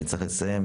אני צריך לסיים,